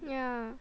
yeah